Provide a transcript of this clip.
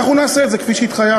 אנחנו נעשה את זה כפי שהתחייבתי.